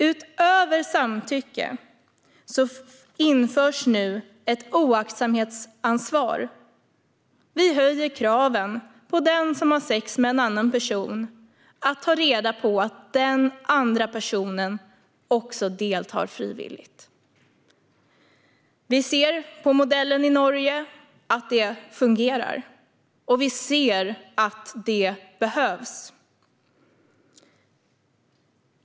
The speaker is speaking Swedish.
Utöver lagen om samtycke införs nu också ett oaktsamhetsansvar. Vi höjer kraven på den som har sex med en annan person att ta reda på att den andra personen också deltar frivilligt. Vi ser på modellen i Norge att det fungerar, och vi ser att det behövs.